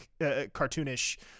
cartoonish